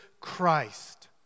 Christ